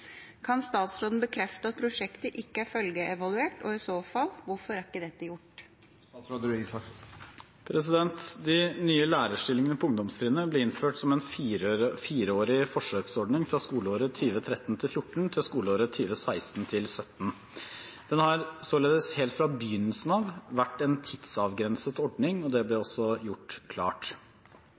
Kan statsråden bekrefte at prosjektet ikke er følgeevaluert, og i så fall, hvorfor er dette ikke gjort?» De nye lærerstillingene på ungdomstrinnet ble innført som en fireårig forsøksordning fra skoleåret 2013–2014 til skoleåret 2016–2017. Den har således helt fra begynnelsen av vært en tidsavgrenset ordning, og det ble også gjort klart.